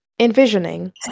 envisioning